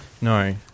No